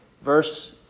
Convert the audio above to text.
verse